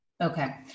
Okay